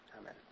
Amen